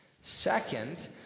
Second